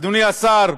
אדוני השר,